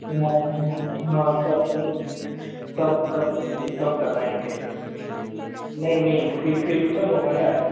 सब सब सब सब जी करवाएँगे नहीं नहीं फिर फिर सब हमारा है